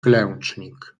klęcznik